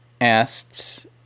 asked